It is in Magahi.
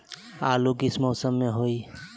आलू किस मौसम में होई?